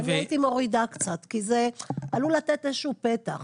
אני הייתי מורידה קצת כי זה עלול לתת איזשהו פתח.